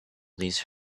these